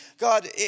God